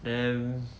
damn